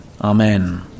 Amen